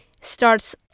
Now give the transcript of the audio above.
starts